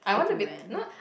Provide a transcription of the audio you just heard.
everywhere